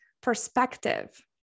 perspective